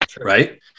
right